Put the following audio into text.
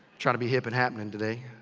trying to be hip and happening today.